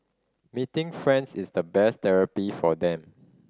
meeting friends is the best therapy for them